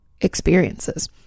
experiences